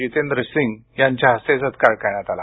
जितेंद्र सिंग यांच्या हस्ते सत्कार करण्यात आला